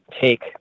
take